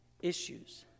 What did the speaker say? issues